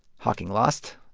hawking lost.